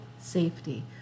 safety